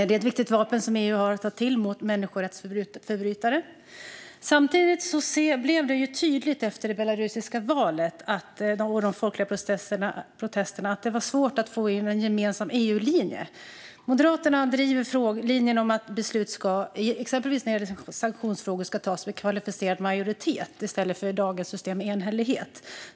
Det är ett viktigt vapen som EU har att ta till mot människorättsförbrytare. Samtidigt blev det tydligt efter det belarusiska valet och de folkliga protesterna att det är svårt att få igenom en gemensam EU-linje. Moderaterna driver linjen att beslut om exempelvis sanktionsfrågor ska fattas med kvalificerad majoritet i stället för, som i dagens system, med enhällighet.